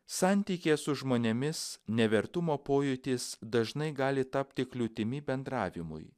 santykyje su žmonėmis nevertumo pojūtis dažnai gali tapti kliūtimi bendravimui